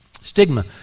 Stigma